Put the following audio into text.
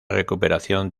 recuperación